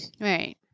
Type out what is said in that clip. Right